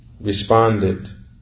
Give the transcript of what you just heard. responded